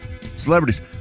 celebrities